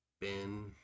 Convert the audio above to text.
Ben